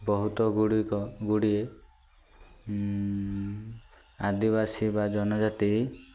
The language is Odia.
ବହୁତ ଗୁଡ଼ିକ ଗୁଡ଼ିଏ ଆଦିବାସୀ ବା ଜନଜାତି